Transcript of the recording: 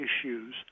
issues